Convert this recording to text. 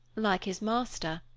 like his master,